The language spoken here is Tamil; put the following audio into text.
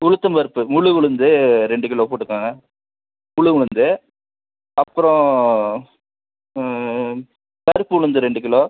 உளுத்தம் பருப்பு முழு உளுந்து ரெண்டு கிலோ போட்டுக்கோங்க முழு உளுந்து அப்புறோம் கருப்பு உளுந்து ரெண்டு கிலோ